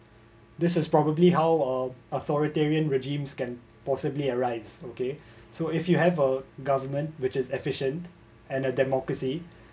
this is probably how a authoritarian regimes can possibly arrives okay so if you have a government which is efficient and a democracy